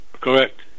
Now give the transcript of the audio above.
Correct